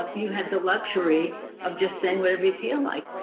ah you have the luxury of just saying whatever you feel like.